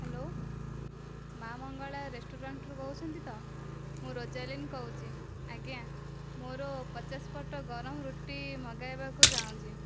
hello ମା ମଙ୍ଗଳା ରେଷ୍ଟୁରାଣ୍ଟରୁ କହୁଛନ୍ତି ତ ମୁଁ ରୋଜାଲିନ କହୁଛି ଆଜ୍ଞା ମୋର ପଚାଶ ପଟ ଗରମ ରୁଟି ମଗାଇବାକୁ ଚାହୁଁଛି